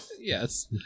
Yes